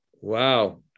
Wow